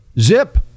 zip